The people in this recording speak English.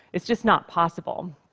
it's just not possible.